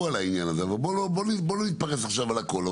--- בואו לא נתפרס עכשיו על הכול.